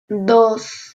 dos